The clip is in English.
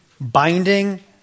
binding